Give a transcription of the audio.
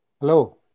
Hello